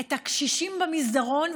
את הקשישים במסדרון.